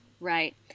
right